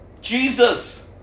Jesus